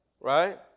right